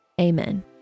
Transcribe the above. amen